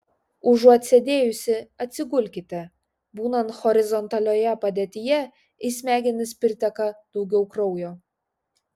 užuot sėdėjusi atsigulkite būnant horizontalioje padėtyje į smegenis priteka daugiau kraujo